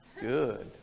Good